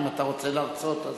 אם אתה רוצה להרצות,